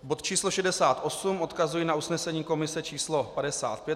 Bod číslo 68, odkazuji na usnesení komise číslo 55.